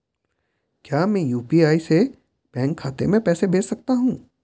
क्या मैं यु.पी.आई से बैंक खाते में पैसे भेज सकता हूँ?